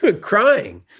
crying